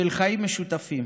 של חיים משותפים.